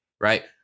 Right